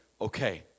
okay